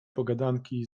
pogadanki